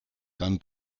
dann